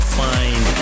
find